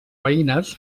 veïnes